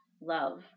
love